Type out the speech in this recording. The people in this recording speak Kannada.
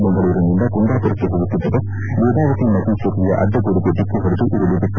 ಬೆಂಗಳೂರಿನಿಂದ ಕುಂದಾಪುರಕ್ಕೆ ಹೋಗುತ್ತಿದ್ದ ಬಸ್ ವೇದಾವತಿ ನದಿ ಸೇತುವೆಯ ಅಡ್ಡಗೋಡೆಗೆ ಡಿಕ್ಕಿ ಹೊಡೆದು ಉರುಳಿ ಬಿತ್ತು